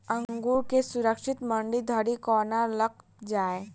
अंगूर केँ सुरक्षित मंडी धरि कोना लकऽ जाय?